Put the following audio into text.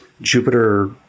Jupiter